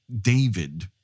David